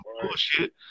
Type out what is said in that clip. bullshit